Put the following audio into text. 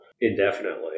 indefinitely